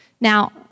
Now